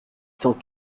cent